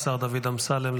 השר דוד אמסלם,